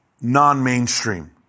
non-mainstream